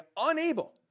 unable